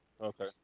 Okay